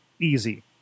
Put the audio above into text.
easy